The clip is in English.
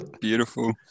Beautiful